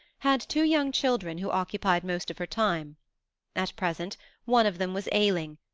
had two young children who occupied most of her time at present one of them was ailing,